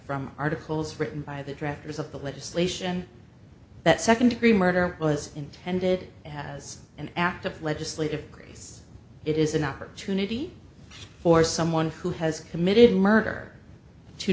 from articles written by the drafters of the legislation that second degree murder was intended as an act of legislative grace it is an opportunity for someone who has committed murder to